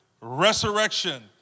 resurrection